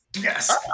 Yes